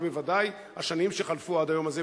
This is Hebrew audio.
ובוודאי השנים שחלפו עד היום הזה,